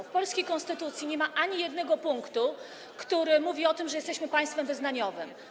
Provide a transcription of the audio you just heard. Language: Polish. W polskiej konstytucji nie ma ani jednego punktu, który mówi o tym, że jesteśmy państwem wyznaniowym.